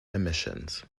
emissions